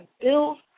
bills